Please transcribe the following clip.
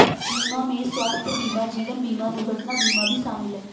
बीमा में स्वास्थय बीमा जीवन बिमा दुर्घटना बीमा भी शामिल है